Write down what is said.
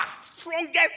strongest